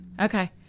okay